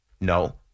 No